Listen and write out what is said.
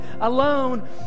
alone